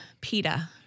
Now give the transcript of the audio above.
PETA